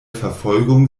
verfolgung